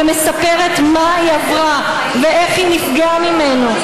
ומספרת מה היא עברה ואיך היא נפגעה ממנו.